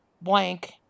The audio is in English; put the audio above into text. blank